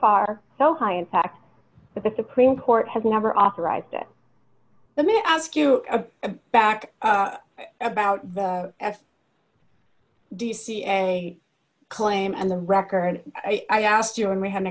far so high in fact that the supreme court has never authorized it let me ask you to back up about the do you see a claim and the record i asked you and we had an